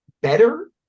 better